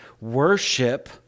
Worship